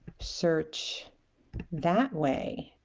search that way